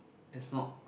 it's not